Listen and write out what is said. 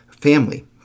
family